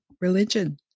religion